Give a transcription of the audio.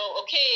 okay